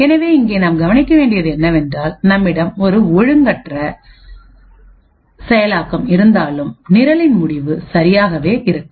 எனவே இங்கே நாம் கவனிக்க வேண்டியது என்னவென்றால் நம்மிடம் ஒரு ஒழுங்கற்ற செயலாக்கம் இருந்தாலும் நிரலின் முடிவு சரியாகவே இருக்கும்